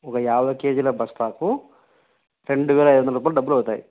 ఒక యాభై కేజీల బస్తాకు రండువేల ఐదొందలు డబ్బులు అవుతాయి